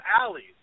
alleys